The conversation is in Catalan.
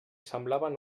semblaven